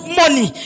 money